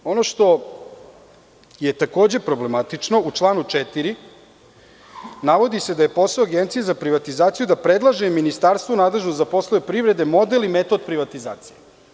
Ono što je takođe problematično u članu 4. se navodi da je posao Agencije za privatizaciju da predlaže ministarstvu nadležnom za poslove privrede model i metod privatizacije.